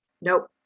Nope